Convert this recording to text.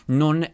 non